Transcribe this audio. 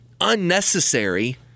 unnecessary